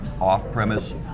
off-premise